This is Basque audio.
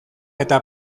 eta